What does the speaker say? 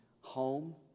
home